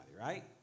right